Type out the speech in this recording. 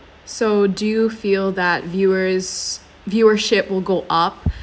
so do you feel that viewers viewership will go up